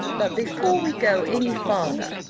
but before we go any farther,